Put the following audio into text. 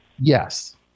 Yes